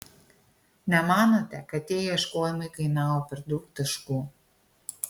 nemanote kad tie ieškojimai kainavo per daug taškų